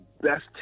best